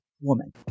woman